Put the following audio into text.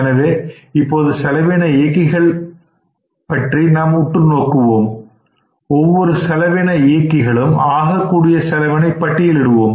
எனவே இப்பொழுது செலவின இயக்கிகளை நாம் உற்று நோக்குவோம் ஒவ்வொரு செலவின இயக்கங்களுக்கும் ஆகக்கூடிய செலவினை பட்டியலிடுவோம்